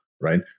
right